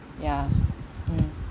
ya mm